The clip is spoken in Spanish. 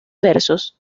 versos